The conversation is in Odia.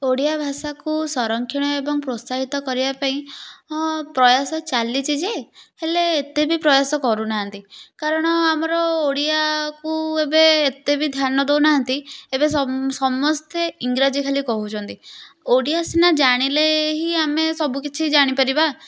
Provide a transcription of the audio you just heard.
ଓଡ଼ିଆ ଭାଷାକୁ ସଂରକ୍ଷଣ ଏବଂ ପ୍ରୋତ୍ସାହିତ କରିବା ପାଇଁ ହଁ ପ୍ରୟାସ ଚାଲିଛି ଯେ ହେଲେ ଏତେ ବି ପ୍ରୟାସ କରୁନାହାନ୍ତି କାରଣ ଆମର ଓଡ଼ିଆକୁ ଏବେ ଏତେ ବି ଧ୍ୟାନ ଦେଉନାହାନ୍ତି ଏବେ ସମସ୍ତେ ଇଂରାଜୀ ଖାଲି କହୁଛନ୍ତି ଓଡ଼ିଆ ସିନା ଜାଣିଲେ ହିଁ ଆମେ ସବୁ କିଛି ଜାଣି ପାରିବା